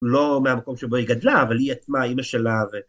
לא מהמקום שבו היא גדלה, אבל היא עצמה, אמא שלה ו...